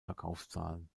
verkaufszahlen